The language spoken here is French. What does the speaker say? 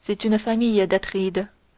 c'est une famille d'atrides